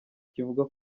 kivuga